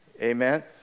Amen